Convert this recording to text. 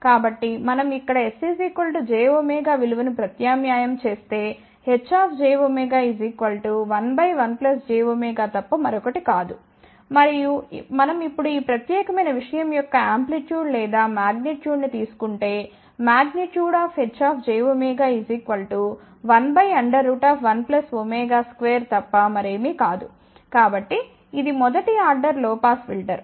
కాబట్టి మనం ఇక్కడ s jωవిలువ ను ప్రత్యామ్నాయం చేస్తే Hjω11 jω తప్పమరొకటి కాదు మరియు మనం ఇప్పుడు ఈ ప్రత్యేకమైన విషయం యొక్క ఆంప్లిట్యూడ్ లేదా మాగ్నిట్వూడ్ ని తీసుకుంటే మాగ్నిట్వూడ్ Hjω112 తప్పమరేమీ కాదు కాబట్టి ఇది మొదటి ఆర్డర్ లొ పాస్ ఫిల్టర్